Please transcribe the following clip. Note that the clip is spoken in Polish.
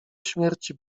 śmierci